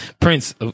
prince